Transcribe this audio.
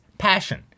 Passion